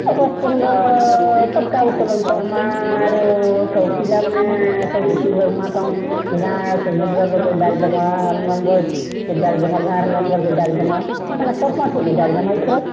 ଆମ ସ୍କୁଲରେ ପତକା ଉତ୍ତୋଳନ୍ କର୍ମା ଆରୁ ସବୁ ପିଲାମାନେ ସବୁ ଟିଚର୍ମାନଙ୍କୁ ଗାଁ ସେ ଭଦ୍ରଲୋକ୍କୁ ଡ଼ାକିଦେମା ମେମ୍ୱର୍କେ ଡ଼ାକିଦେମା ଗାଁର ମେମ୍ବରଙ୍କେ ଡ଼ାକିଦେମା ସରପଞ୍ଚ୍କୁ ବି ଡ଼ାକିଦେମା ଏଥର୍